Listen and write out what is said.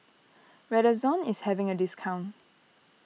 Redoxon is having a discount